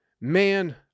man